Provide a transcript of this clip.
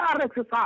exercise